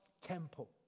temple